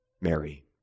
Mary